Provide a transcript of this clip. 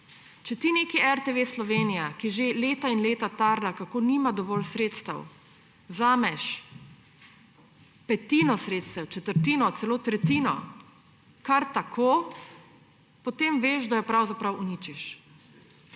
Če ti RTV Slovenija, ki že leta in leta tarna, kako nima dovolj sredstev, vzameš petino sredstev, četrtino, celo tretjino kar tako, potem veš, da jo pravzaprav uničiš.